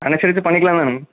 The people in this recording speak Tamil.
பண்ணிக்கிலாங்க தான்னுங்க